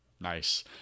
Nice